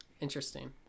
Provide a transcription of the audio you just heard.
Interesting